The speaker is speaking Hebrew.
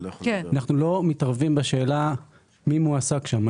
אנחנו לא מתערבים בשאלה מי מועסק שם.